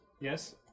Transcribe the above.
Yes